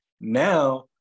now